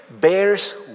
bears